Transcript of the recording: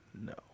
No